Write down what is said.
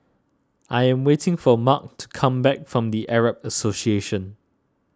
I am waiting for Marc to come back from the Arab Association